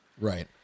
Right